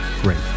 great